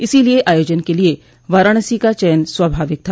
इसलिए आयोजन के लिये वाराणसी का चयन स्वाभाविक था